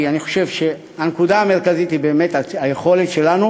כי אני חושב שהנקודה המרכזית היא היכולת שלנו